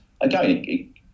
again